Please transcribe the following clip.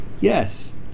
Yes